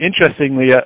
interestingly